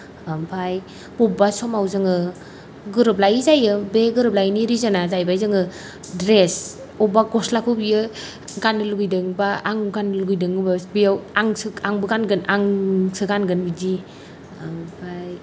ओमफ्राय बबेबा समाव जोङो गोरोबलायि जायो बे गोरोबलायिनि रिजोन आ जाहैबाय जोङो द्रेस बबेबा गस्लाखौ बियो गाननो लुगैदों बा आं गाननो लुगैदों बेयाव आंसो आंबो गानगोन आंसो गानगोन बिदि ओमफ्राय